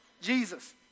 Jesus